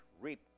reap